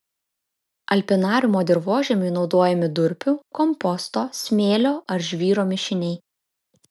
alpinariumo dirvožemiui naudojami durpių komposto smėlio ar žvyro mišiniai